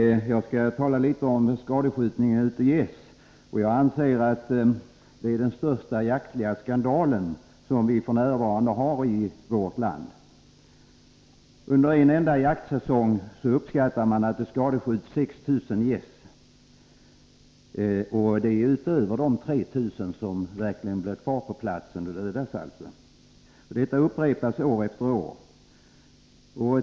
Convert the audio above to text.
Herr talman! Jag skall tala litet om skadskjutning av gäss. Skadskjutningen av gäss är den största jaktliga skandal som vi f.n. har i vårt land. Under en enda jaktsäsong skadskjuts uppskattningsvis 6 000 gäss, utöver de 3 000 som dödas och blir kvar på platsen. Detta upprepas år efter år.